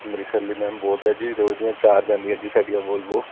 ਅੰਮ੍ਰਿਤਸਰ ਲਈ ਮੈਮ ਬਹੁਤ ਹੈ ਜੀ ਰੋਜ਼ ਦੀਆਂ ਚਾਰ ਜਾਂਦੀਆਂ ਜੀ ਸਾਡੀਆਂ ਵੋਲਵੋ